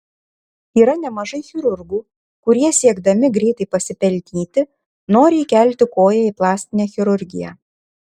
yra nemažai chirurgų kurie siekdami greitai pasipelnyti nori įkelti koją į plastinę chirurgiją